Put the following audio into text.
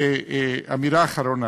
אמירה אחרונה.